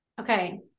Okay